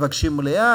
מבקשים מליאה,